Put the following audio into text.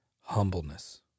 humbleness